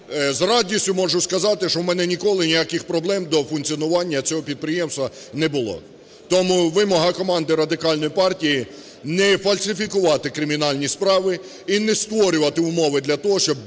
з радістю можу сказати, що в мене ніколи ніяких проблем до функціонування цього підприємства не було. Тому вимога команди Радикальної партії: не фальсифікувати кримінальні справи і не створювати умови для того,